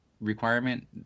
requirement